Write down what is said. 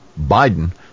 Biden